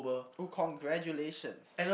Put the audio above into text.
!oo! congratulations